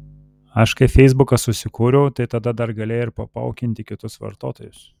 aš kai feisbuką susikūriau tai tada dar galėjai ir papaukinti kitus vartotojus